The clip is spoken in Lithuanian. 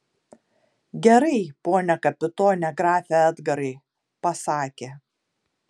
gerai pone kapitone grafe edgarai pasakė